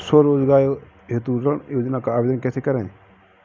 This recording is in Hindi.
स्वरोजगार हेतु ऋण योजना का आवेदन कैसे करें?